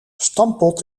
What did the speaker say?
stamppot